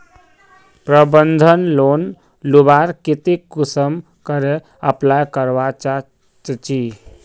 प्रबंधन लोन लुबार केते कुंसम करे अप्लाई करवा चाँ चची?